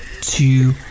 two